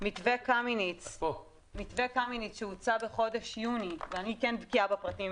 מתווה קמיניץ שהוצע בחודש יוני ואני כן בקיאה בפרטים